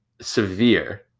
severe